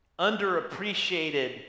underappreciated